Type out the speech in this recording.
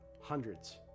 hundreds